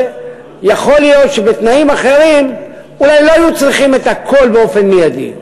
שיכול להיות שבתנאים אחרים אולי לא היו צריכים את הכול באופן מיידי.